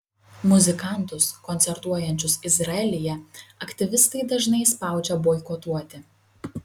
muzikantus koncertuojančius izraelyje aktyvistai dažnai spaudžia boikotuoti